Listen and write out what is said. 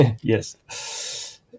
yes